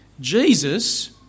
Jesus